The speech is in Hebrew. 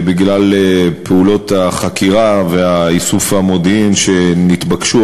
בגלל פעולות החקירה ואיסוף המודיעין שנתבקשו,